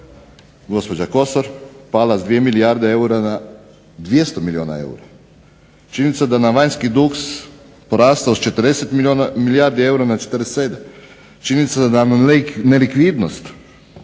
gospođa Kosor, pala s 2 milijarde eura na 200 milijuna eura. Činjenica je da nam je vanjski dug porastao s 40 milijardi eura na 47, činjenica je da nam je nelikvidnost